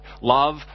love